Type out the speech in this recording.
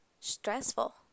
stressful